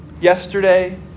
yesterday